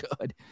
good